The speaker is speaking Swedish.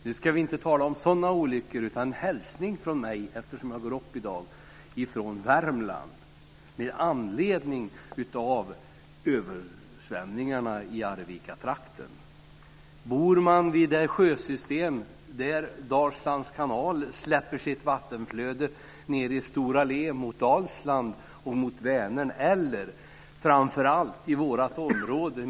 Nu ska vi inte tala om sådana olyckor, utan nu blir det en hälsning från mig med anledning av översvämningarna i Arvikatrakten. Jag kommer ju från Jag bor vid ett sjösystem där Dalslands kanal släpper sitt vattenflöde ned i Stora Gla mot Dalsland och mot Vänern.